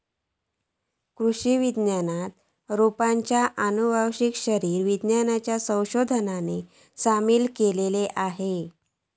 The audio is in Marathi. कृषि विज्ञानात रोपांच्या आनुवंशिक शरीर विज्ञानाच्या संशोधनाक सामील केला हा